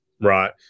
Right